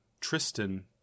Tristan